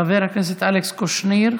חבר הכנסת אלכס קושניר,